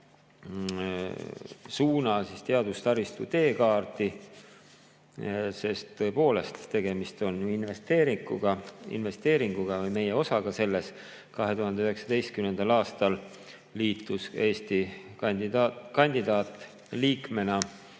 suuna teadustaristu teekaarti, sest tõepoolest, tegemist on investeeringuga või meie osaga selles. 2019. aastal liitus Eesti kandidaatliikmena